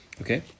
okay